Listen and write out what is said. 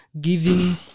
giving